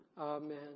Amen